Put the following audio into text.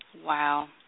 Wow